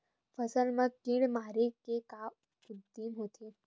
फसल मा कीट मारे के का उदिम होथे?